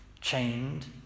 chained